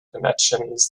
connections